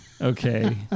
Okay